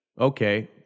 Okay